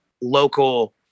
local